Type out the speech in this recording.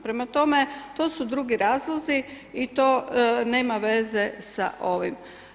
Prema tome, to su drugi razlozi i to nema veze s ovim.